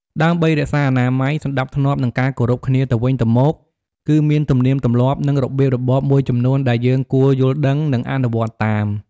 ដើម្បីរក្សាអនាម័យ សណ្តាប់ធ្នាប់ និងការគោរពគ្នាទៅវិញទៅមក គឺមានទំនៀមទម្លាប់ និងរបៀបរបបមួយចំនួនដែលយើងគួរយល់ដឹង និងអនុវត្តតាម។